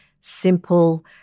simple